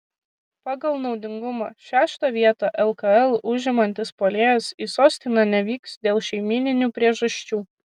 pagal naudingumą šeštą vietą lkl užimantis puolėjas į sostinę nevyks dėl šeimyninių priežasčių